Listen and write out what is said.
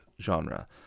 genre